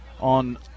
on